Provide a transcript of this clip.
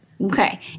Okay